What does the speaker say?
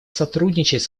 сотрудничать